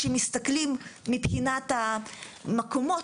כשמסתכלים מבחינת המקומות,